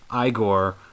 Igor